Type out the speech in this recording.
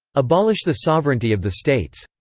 abolish the sovereignty of the states.